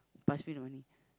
pass me the money